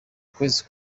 ukwezi